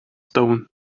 stone